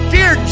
Dear